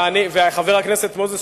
וחבר הכנסת מוזס,